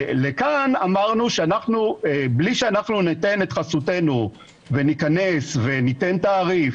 ואמרנו שניתן את חסותנו וניכנס וניתן תעריף